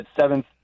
seventh